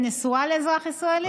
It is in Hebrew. היא נשואה לאזרח ישראלי?